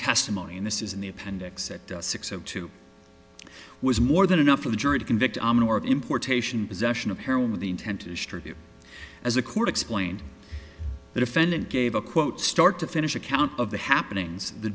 testimony in this is in the appendix at six o two was more than enough for the jury to convict on or importation possession of her with the intent to distribute as a court explained the defendant gave a quote start to finish account of the happenings the